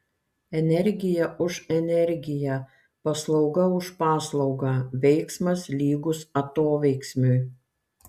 energija už energiją paslauga už paslaugą veiksmas lygus atoveiksmiui